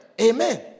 Amen